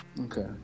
Okay